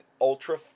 ultra